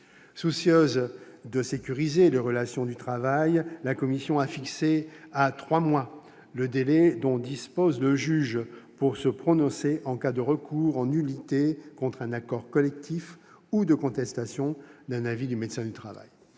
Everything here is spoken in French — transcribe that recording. Soucieuse de sécuriser les relations de travail, la commission a fixé à trois mois le délai dont dispose le juge pour se prononcer en cas de recours en nullité contre un accord collectif ou de contestation d'un avis du médecin du travail.